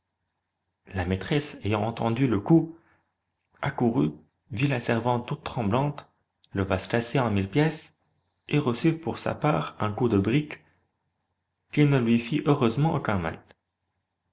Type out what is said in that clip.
la maîtresse ayant entendu le coup accourut vit la servante toute tremblante le vase cassé en mille pièces et reçut pour sa part un coup de brique qui ne lui fit heureusement aucun mal